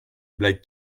blague